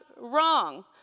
Wrong